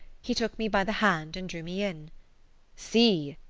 he took me by the hand and drew me in see!